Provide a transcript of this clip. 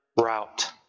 route